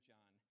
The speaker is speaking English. John